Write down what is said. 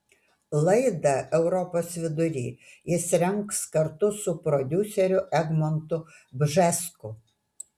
laidą europos vidury jis rengs kartu su prodiuseriu egmontu bžesku